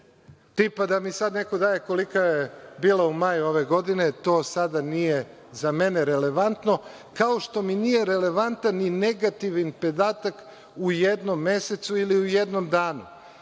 tipa da mi sad neko daje koliko je bilo u maju ove godine, to sada nije za mene relevantno, kao što mi nije relevantan ni negativni podatak u jednom mesecu ili u jednom danu.